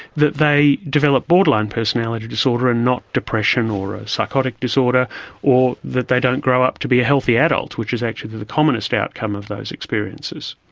that they develop borderline personality disorder and not depression or psychotic disorder or that they don't grow up to be a healthy adult, which is actually the the commonest outcome of those experiences.